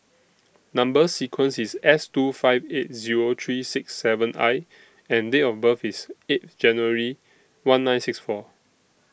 Number sequence IS S two five eight Zero three six seven I and Date of birth IS eighth January one nine six four